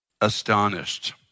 astonished